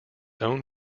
own